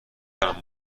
کنم